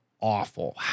awful